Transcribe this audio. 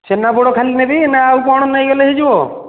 ଛେନାପୋଡ଼ ଖାଲି ନେବି ନା ଆଉ କ'ଣ ନେଇଗଲେ ହେଇଯିବ